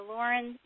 Lauren